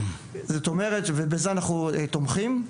ובזה אנחנו תומכים.